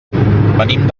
venim